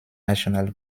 national